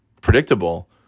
predictable